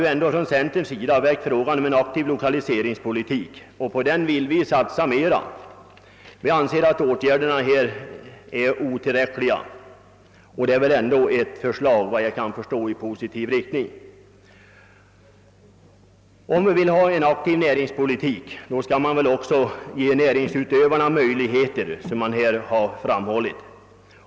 Centern har ju väckt frågan om en aktiv lokaliseringspolitik och på denna vill vi satsa mera eftersom vi anser att åtgärderna hittills varit otillräckliga. Detta är väl, enligt vad jag kan förstå, ett förslag i positiv riktning. Om man vill föra en aktiv näringspolitik, måste man också ge näringsutövarna möjligheter att bedriva sin verksamhet.